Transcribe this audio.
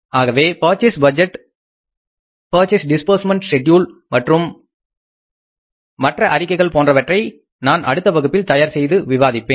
ஆகவே purchase budget purchase disbursement schedule மற்றும் மற்ற அறிக்கைகள் போன்றவற்றை நான் அடுத்த வகுப்பில் தயார் செய்து விவாதிப்பேன்